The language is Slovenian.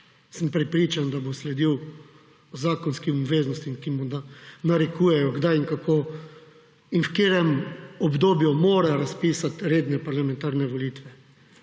Sem prepričan, da bo sledil zakonskim obveznostim, ki mu narekujejo, kdaj in kako in v katerem obdobju mora razpisat redne parlamentarne volitve.